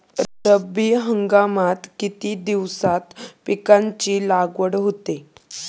रब्बी हंगामात किती दिवसांत पिकांची लागवड होते?